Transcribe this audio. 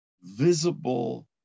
visible